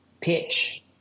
pitch